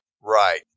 Right